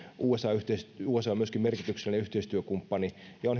usa on myöskin merkityksellinen yhteistyökumppani ja on hyvä